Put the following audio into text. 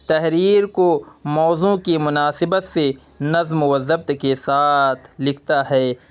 تحریر کو موضوع کی مناسبت سے نظم و ضبط کے ساتھ لکھتا ہے